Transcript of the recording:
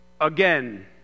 again